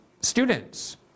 students